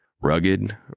Rugged